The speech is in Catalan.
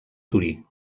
torí